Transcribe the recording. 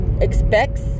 expects